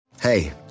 Hey